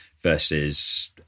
versus